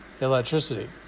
electricity